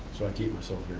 so i keep myself